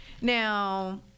Now